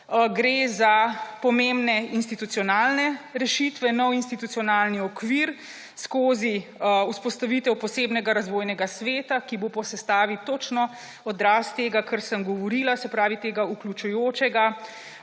Gre za pomembne institucionalne rešitve, nov institucionalni okvir skozi vzpostavitev posebnega razvojnega sveta, ki bo po sestavi točno odraz tega, kar sem govorila, se pravi vključujočega